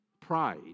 pride